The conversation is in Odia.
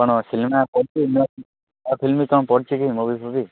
କ'ଣ ସିନେମା ପଡ଼ିଛି ନା କ'ଣ ନୂଆ ଫିଲ୍ମ କ'ଣ ପଡ଼ିଛି କି ମୁଭିପୁଭି